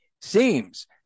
seems